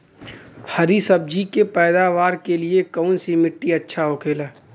हरी सब्जी के पैदावार के लिए कौन सी मिट्टी अच्छा होखेला?